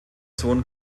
sohn